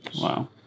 Wow